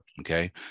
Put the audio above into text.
Okay